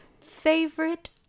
favorite